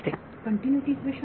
विद्यार्थी continuity equation